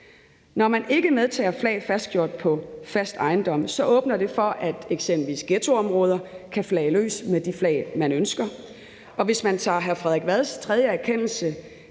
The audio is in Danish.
Når man ikke medtager flag fastgjort på fast ejendom, åbner det for, at eksempelvis ghettoområder kan flage løs med de flag, man ønsker. Hvis man tager hr. Frederik Vads tredje erkendelse